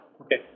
Okay